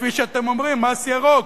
כפי שאתם אומרים, מס ירוק.